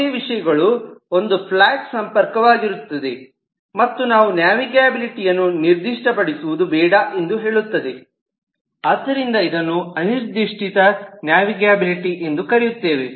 ಯಾವುದೆ ವಿಷಯಗಳು ಒಂದು ಫ್ಲಾಟ್ ಸಂಪರ್ಕವಾಗಿರುತ್ತದೆ ಮತ್ತು ನಾವು ನ್ಯಾವಿಗಬಿಲಿಟಿ ಯನ್ನು ನಿರ್ದಿಷ್ಟಪಡಿಸುವುದು ಬೇಡ ಎಂದು ಹೇಳತ್ತೇವೆ ಆದ್ದರಿಂದ ಇದನ್ನು ಅನಿರ್ದಿಷ್ಟ ನ್ಯಾವಿಗಬಿಲಿಟಿ ಎಂದು ಕರೆಯುತ್ತೇವೆ